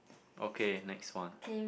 okay next one